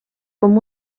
com